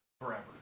forever